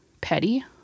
petty